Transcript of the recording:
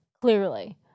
clearly